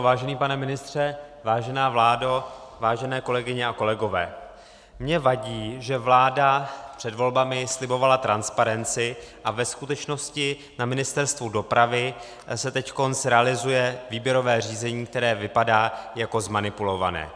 Vážený pane ministře, vážená vládo, vážené kolegyně a kolegové, mně vadí, že vláda před volbami slibovala transparenci a ve skutečnosti na Ministerstvu dopravy se teď realizuje výběrové řízení, které vypadá jako zmanipulované.